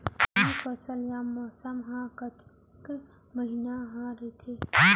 रबि फसल या मौसम हा कतेक महिना हा रहिथे?